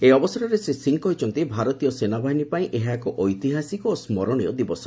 ଏହି ଅବସରରେ ଶ୍ରୀ ସିଂହ କହିଛନ୍ତି ଭାରତୀୟ ସେନାବାହିନୀ ପାଇଁ ଏକ ଐତିହାସିକ ଓ ସୁରଣୀୟ ଦିବସ